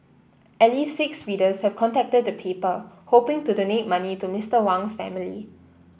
at least six readers have contacted the paper hoping to donate money to Mister Wang's family